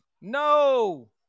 No